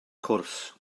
cwrs